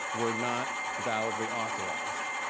were not validly authorized.